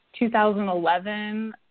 2011